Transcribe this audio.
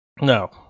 no